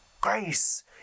grace